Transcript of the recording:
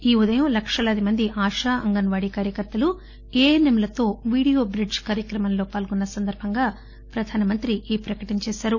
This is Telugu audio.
ఈ ఉదయం లక్షలాది మంది ఆశ అంగన్ వాడి కార్యకర్తలు ఏఎస్ఎంలతో వీడియో బ్రిడ్జ్ కార్యక్రమంలో పాల్గొన్న సందర్బంగా ప్రధానమంత్రి ఈ ప్రకటన చేశారు